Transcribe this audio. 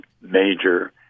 major